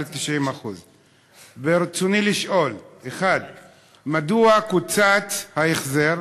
90%. ברצוני לשאול: 1. מדוע קוצץ ההחזר?